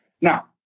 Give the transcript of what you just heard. Now